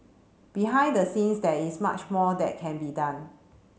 behind the scenes there is much more that can be done